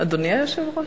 אדוני היושב-ראש?